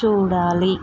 చూడాలి